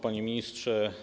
Panie Ministrze!